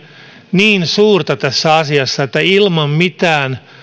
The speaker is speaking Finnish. niin suurta tässä asiassa että ilman mitään